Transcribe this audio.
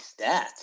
stats